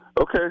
Okay